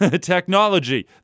technology